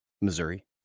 Missouri